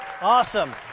Awesome